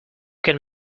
can